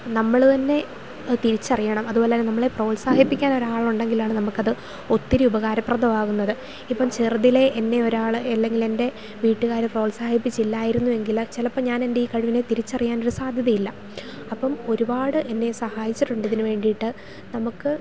നമ്മൾ തന്നെ അത് തിരിച്ചറിയണം അതുപോലെ തന്നെ നമ്മളെ പ്രോത്സാഹിപ്പിക്കാൻ ഒരാൾ ഉണ്ടെങ്കിലാണ് നമുക്ക് അത് ഒത്തിരി ഉപകാരപ്രദമാകുന്നത് ഇപ്പം ചെറുതിലേ എന്നേ ഒരാൾ അല്ലെങ്കിൽ എൻ്റെ വീട്ടുകാർ പ്രോത്സാഹിപ്പിച്ചില്ലായിരുന്നു എങ്കിൽ ചിലപ്പോൾ ഞാൻ എൻ്റെ ഈ കഴിവിനെ തിരിച്ചറിയാൻ ഒരു സാധ്യതയില്ല അപ്പം ഒരുപാട് എന്നേ സഹായിച്ചിട്ടുണ്ട് അതിന് വേണ്ടിയിട്ട് നമുക്ക്